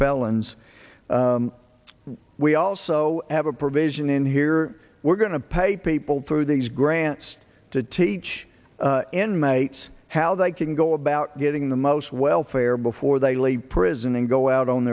felons we also have a provision in here we're going to pay people through these grants to teach in my how they can go about getting the most welfare before they leave prison and go out on